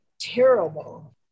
terrible